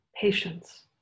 patience